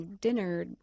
dinner